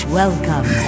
welcome